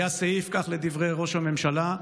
היה סעיף, כך לדברי ראש הממשלה,